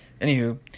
Anywho